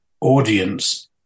audience